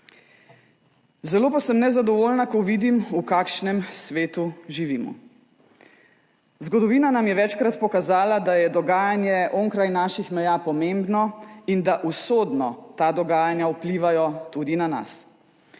Zelo pa sem nezadovoljna, ko vidim, v kakšnem svetu živimo. Zgodovina nam je večkrat pokazala, da je dogajanje onkraj naših meja pomembno in da usodno ta dogajanja vplivajo tudi na nas.